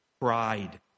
Pride